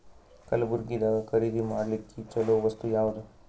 ಕಲಬುರ್ಗಿದಾಗ ಖರೀದಿ ಮಾಡ್ಲಿಕ್ಕಿ ಚಲೋ ವಸ್ತು ಯಾವಾದು?